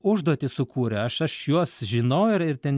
užduotį sukūrė aš aš juos žinau ir ir ten